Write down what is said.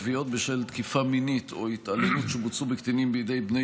תביעות בשל תקיפה מינית או התעללות שבוצעו בקטינים בידי בני